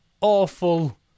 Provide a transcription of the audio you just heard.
awful